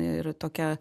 ir tokia